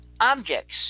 Objects